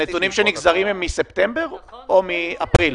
הנתונים שנגזרים הם מספטמבר או נתונים מאפריל?